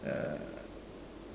err